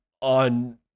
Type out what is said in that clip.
on